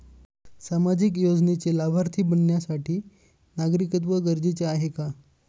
सामाजिक योजनेचे लाभार्थी बनण्यासाठी नागरिकत्व गरजेचे आहे का?